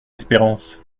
espérance